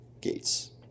gates